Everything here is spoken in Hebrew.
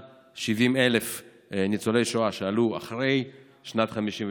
70,000 ניצולי שואה שעלו אחרי שנת 1953